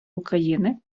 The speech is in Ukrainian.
україни